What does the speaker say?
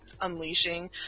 unleashing